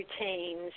routines